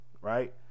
Right